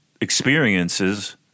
experiences